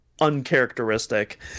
uncharacteristic